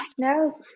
No